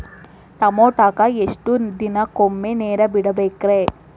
ಟಮೋಟಾಕ ಎಷ್ಟು ದಿನಕ್ಕೊಮ್ಮೆ ನೇರ ಬಿಡಬೇಕ್ರೇ?